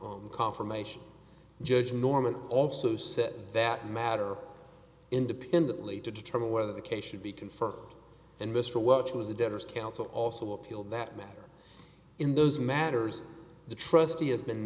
const confirmation judge norman also said that matter independently to determine whether the case should be confirmed and mr welch was the debtors counsel also appealed that matter in those matters the trustee has been